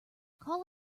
call